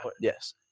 Yes